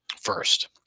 First